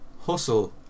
Hustle